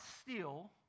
steal